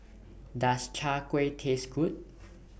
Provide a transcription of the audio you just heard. Does Chai Kueh Taste Good